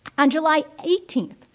on july eighteenth,